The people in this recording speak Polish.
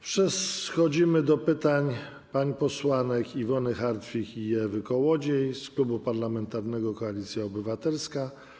Przechodzimy do pytania pań posłanek Iwony Hartwich i Ewy Kołodziej z Klubu Parlamentarnego Koalicja Obywatelska.